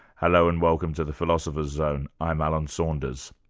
hello and welcome to the philosopher's zone. i'm alan saunders.